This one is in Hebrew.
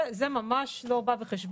זה ממש לא בא בחשבון.